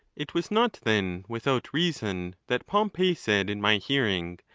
it was not, then, without reason that pom pey said in my hearing,